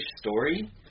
story